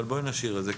אבל בואי נשאיר את זה.